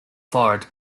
forward